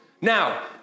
Now